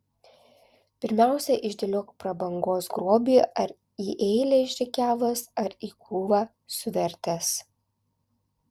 pirmiausia išdėliok prabangos grobį ar į eilę išrikiavęs ar į krūvą suvertęs